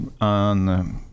on